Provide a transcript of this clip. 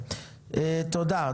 תודה.